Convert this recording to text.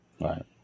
Right